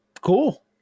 cool